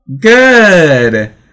good